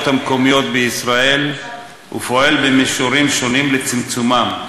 המקומיות בישראל ופועל במישורים שונים לצמצומם,